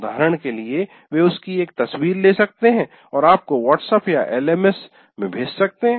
उदाहरण के लिए वे उसकी एक तस्वीर ले सकते हैं और आपको व्हाट्सएप या एलएमएस में भेज सकते हैं